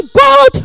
God